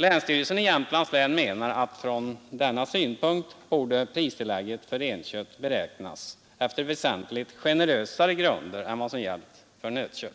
Länsstyrelsen i Jämtlands län menar att från denna synpunkt borde pristillägget för renkött beräknas efter väsentligt generösare grunder än vad som gäller för nötkött.